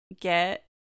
get